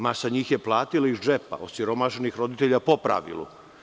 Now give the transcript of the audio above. Masa njih je platila iz džepa, osiromašenih roditelja po pravilu.